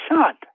shot